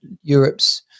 europe's